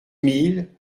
mille